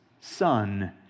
son